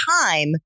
time